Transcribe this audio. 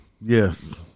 Yes